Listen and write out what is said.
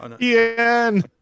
Ian